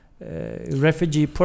refugee